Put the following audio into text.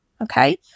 okay